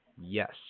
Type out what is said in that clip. Yes